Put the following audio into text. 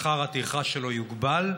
שכר הטרחה שלו יוגבל,